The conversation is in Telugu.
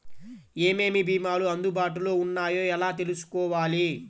ఏమేమి భీమాలు అందుబాటులో వున్నాయో ఎలా తెలుసుకోవాలి?